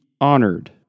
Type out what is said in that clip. honored